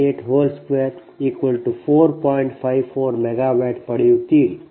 54 megawatt ಪಡೆಯುತ್ತೀರಿ